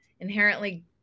inherently